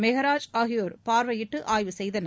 மெகராஜ் ஆகியோர் பார்வையிட்டு ஆய்வு செய்தனர்